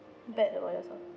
bad about yourself